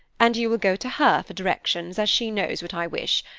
and you will go to her for directions, as she knows what i wish.